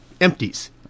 empties